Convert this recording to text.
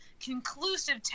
conclusive